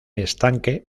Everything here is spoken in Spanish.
estanque